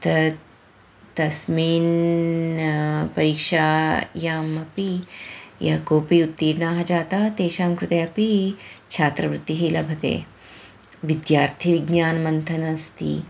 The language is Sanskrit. त तस्मिन् परीक्षायामपि यः कोपि उत्तर्णाः जाताः तेषां कृते अपि छात्रवृत्तिः लभते विद्यार्थीविज्ञानमन्थनस्ति